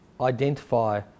identify